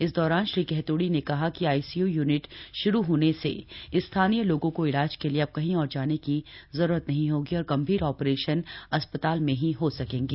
इस दौरान श्री गहतोड़ी ने कहा कि आसीयू यूनिट शुरू होने से स्थानीय लोगों को इलाज के लिए अब कहीं और जाने की जरूरत नही होगी और गंभीर ऑपरेशन अस्पाताल में ही हो सकेगें